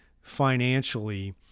financially